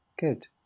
good